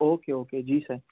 okay okay ji Sai